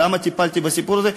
למה טיפלתי בסיפור הזה?